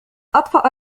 أطفأ